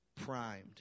primed